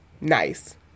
nice